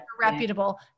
Reputable